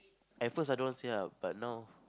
at first I don't want to say ah but now